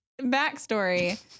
backstory